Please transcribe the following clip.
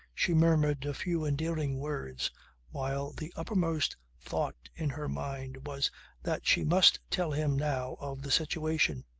she murmured a few endearing words while the uppermost thought in her mind was that she must tell him now of the situation.